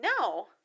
no